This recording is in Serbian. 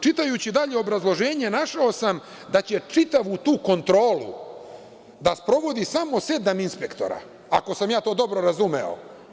Čitajući dalje obrazloženje, našao sam da će čitavu tu kontrolu da sprovodi samo sedam inspektora, ako sam ja to dobro razumeo.